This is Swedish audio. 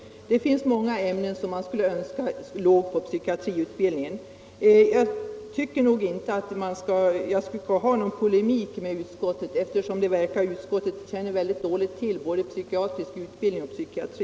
Det finns många ämnen som man skulle önska till psykiatriutbildningen. Jag tycker inte att jag skulle behöva föra någon polemik med utskottet, eftersom utskottet verkar känna mycket dåligt till både psykiatriutbildning och psykiatri.